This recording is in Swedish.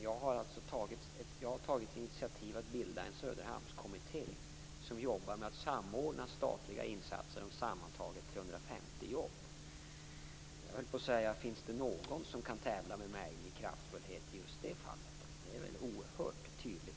Jag har tagit initiativet till att bilda en Söderhamnskommitté som jobbar med att samordna statliga insatser om sammantaget 350 jobb. Finns det någon som kan tävla med mig i kraftfullhet i just detta fall? Det är väl oerhört tydligt och kraftfullt?